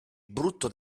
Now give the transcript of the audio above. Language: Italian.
brutto